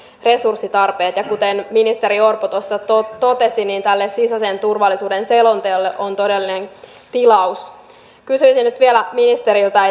resurssitarpeet ja kuten ministeri orpo tuossa totesi tälle sisäisen turvallisuuden selonteolle on todellinen tilaus kysyisin nyt vielä ministeriltä